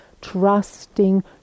trusting